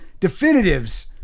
definitives